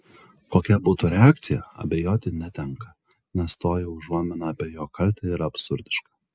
kokia būtų reakcija abejoti netenka nes toji užuomina apie jo kaltę yra absurdiška